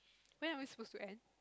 when are we supposed to end